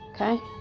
okay